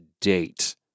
date